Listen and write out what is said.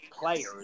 players